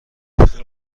شده